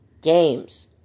games